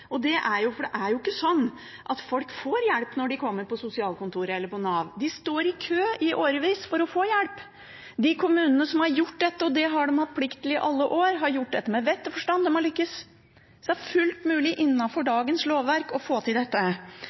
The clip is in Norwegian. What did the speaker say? For det er jo ikke sånn at folk får hjelp når de kommer til sosialkontoret, eller til Nav. De står i kø i årevis for å få hjelp. De kommunene som har gjort dette, og det har de hatt plikt til i alle år, har gjort dette med vett og forstand. De har lyktes, så det er fullt mulig innenfor dagens lovverk å få til dette.